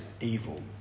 evil